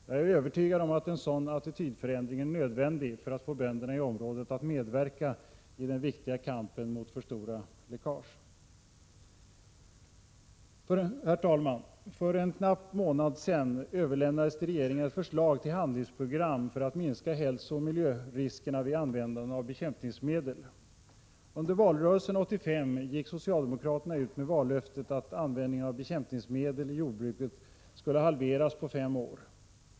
Jag är övertygad om att en sådan attitydförändring är nödvändig för att få bönderna i området att medverka i den viktiga kampen mot för stora läckage. För en knapp månad sedan överlämnades till regeringen ett förslag till handlingsprogram för att minska hälsooch miljöriskerna vid användningen av bekämpningsmedel. Under valrörelsen 1985 gick socialdemokraterna ut med vallöftet att användningen av bekämpningsmedel i jordbruket skulle halveras på fem år.